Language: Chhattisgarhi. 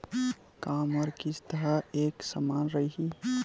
का मोर किस्त ह एक समान रही?